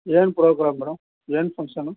ಏನು program madam ಏನು function